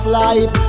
life